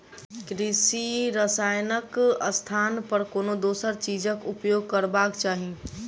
कृषि रसायनक स्थान पर कोनो दोसर चीजक उपयोग करबाक चाही